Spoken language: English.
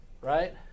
right